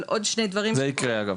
זה יקרה אגב,